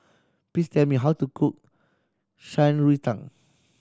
please tell me how to cook Shan Rui Tang